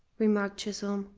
remarked chisholm,